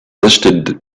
listed